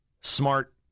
smart